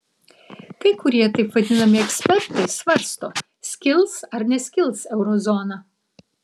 kai kurie taip vadinami ekspertai svarsto skils ar neskils eurozona